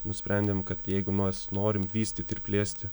nusprendėm kad jeigu mues norim vystyt ir plėsti